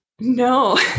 No